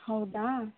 ಹೌದಾ